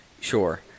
sure